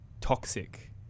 toxic